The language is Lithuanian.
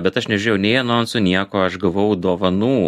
bet aš nežiūrėjau nei anonsų nieko aš gavau dovanų